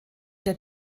der